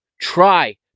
try